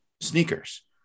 sneakers